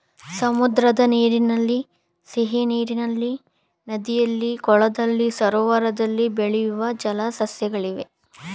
ಸಮುದ್ರದ ನೀರಿನಲ್ಲಿ, ಸಿಹಿನೀರಿನಲ್ಲಿ, ನದಿಯಲ್ಲಿ, ಕೊಳದಲ್ಲಿ, ಸರೋವರದಲ್ಲಿ ಬೆಳೆಯೂ ಜಲ ಸಸ್ಯಗಳಿವೆ